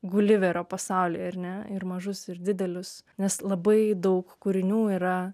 guliverio pasaulyje ar ne ir mažus ir didelius nes labai daug kūrinių yra